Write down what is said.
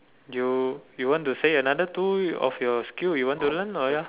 you you want to say another two of your skill you want to learn loh ya